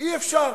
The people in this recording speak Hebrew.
אי-אפשר.